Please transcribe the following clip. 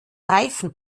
reifen